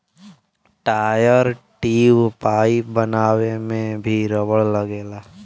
tyre, tube, pipe बनावे में भी रबड़ लगला